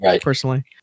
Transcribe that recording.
personally